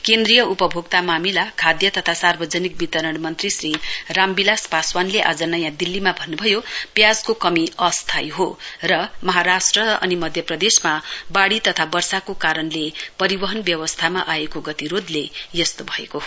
केन्द्रीय उपभोक्ता मामिला खाद्य तथा सार्वजनिक वितरण मन्त्री श्री रामबिलास पासवानले आज नयाँ दिल्लीमा भन्नुभयो प्याजको कमी अस्थाई हो र यो महाराष्ट्र र माध्यप्रदेशमा बाढी तथा वषर्को कारणले परिवरहन व्यवस्थामा आएको गत्तिरोधले यस्तो भएको हो